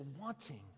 wanting